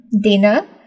dinner